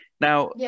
Now